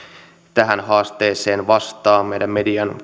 tähän haasteeseen vastaa meillä median